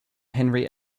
henry